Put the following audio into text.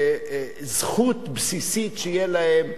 זכות בסיסית שתהיה להן.